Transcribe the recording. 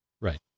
Right